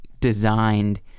designed